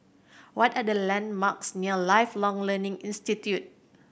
what are the landmarks near Lifelong Learning Institute